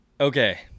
Okay